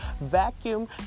Vacuum